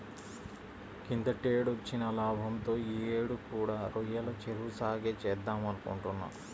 కిందటేడొచ్చిన లాభంతో యీ యేడు కూడా రొయ్యల చెరువు సాగే చేద్దామనుకుంటున్నా